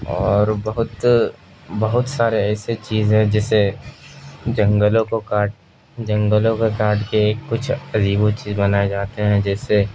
اور بہت بہت سارے ایسے چیزیں جیسے جنگلوں کو کاٹ جنگلوں کو کاٹ کے ایک کچھ عذیب و چیز بنائے جاتے ہیں جیسے